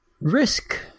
Risk